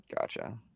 gotcha